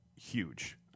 huge